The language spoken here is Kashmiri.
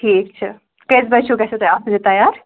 ٹھیٖک چھُ کَژِ بَجہِ ہِیُو گژھیو تۄہہِ آسٮ۪ن یہِ تَیار